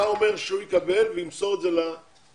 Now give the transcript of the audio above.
אתה אומר שהוא יקבל וימסור את זה לראשות